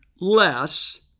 less